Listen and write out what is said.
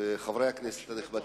וחברי הכנסת הנכבדים,